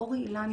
אור אילן,